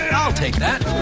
and i'll take that.